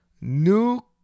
New